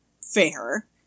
fair